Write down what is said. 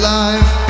life